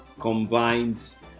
combines